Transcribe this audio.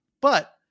But-